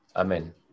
Amen